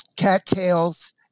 cattails